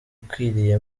ikwiriye